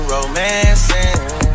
Romancing